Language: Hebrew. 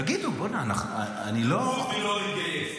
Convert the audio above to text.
תגידו, בוא'נה, אני לא --- נמות ולא נתגייס.